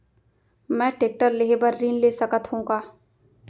मैं टेकटर लेहे बर ऋण ले सकत हो का?